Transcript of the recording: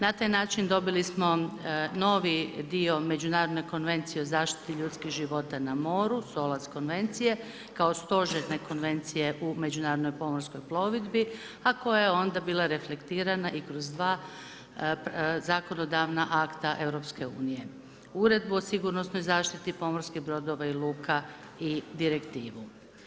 Na taj način dobili smo novi dio međunarodne Konvencije o zaštiti ljudskih života na moru, SOLAS konvencije, kao stožerne konvencije u međunarodnoj pomorskoj plovidbi a koja je onda bila reflektirana i kroz dva zakonodavna akta EU-a, uredbu o sigurnosnoj zaštiti pomorskih brodova i luka i direktivu.